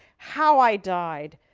how i died.